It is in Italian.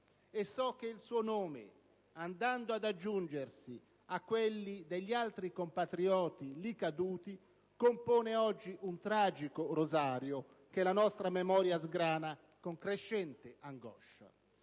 e so che il suo nome, andando ad aggiungersi a quelli degli altri compatrioti lì caduti, compone oggi un tragico rosario che la nostra memoria sgrana con crescente angoscia.